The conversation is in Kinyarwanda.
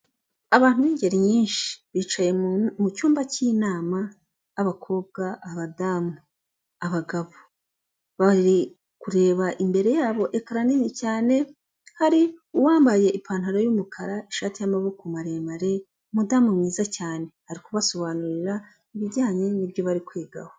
Abantu b'ingeri nyinshi, bicaye mu cyumba cy'inama. Abakobwa, abadamu, abagabo bari kureba imbere yabo ekara nini cyane. Hari uwambaye ipantaro y'umukara, ishati y'amaboko maremare, umudamu mwiza cyane ari kubasobanurira ibijyanye nibyo bari kwigaho.